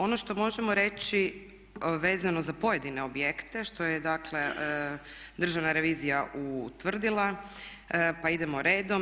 Ono što možemo reći vezano za pojedine objekte, što je dakle Državna revizija utvrdila, pa idemo redom.